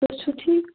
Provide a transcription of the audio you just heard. تُہۍ چھُو ٹھیٖک